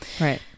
right